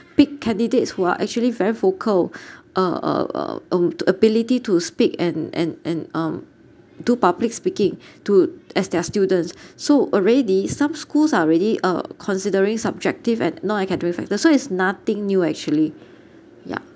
pick candidates who are actually very vocal uh uh uh um the ability to speak and and and um do public speaking to as their students so already some schools already uh considering subjective and non-academic factor so is nothing new actually yeah